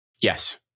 Yes